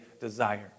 desire